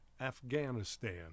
Afghanistan